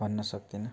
भन्न सक्दिनँ